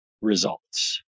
results